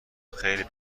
خیلی